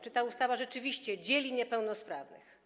Czy ta ustawa rzeczywiście dzieli niepełnosprawnych?